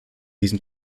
diesen